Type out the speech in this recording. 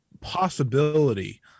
possibility